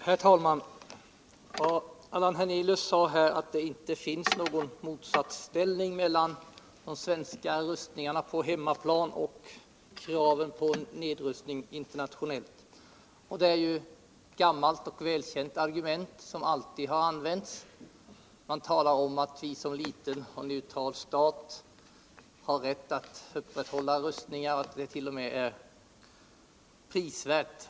Herr talman! Allan Hernelius sade att det inte finns någon motsatsställning mellan de svenska rustningarna på hemmaplan och kraven på nedrustning internationellt. Detta är ju ett gammalt och välkänt argument som alltid har använts. Man talar om att Sverige som en liten och neutral stat har rätt att rusta och alt det t.o.m. är prisvärt.